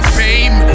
fame